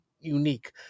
Unique